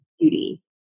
beauty